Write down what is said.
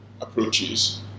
approaches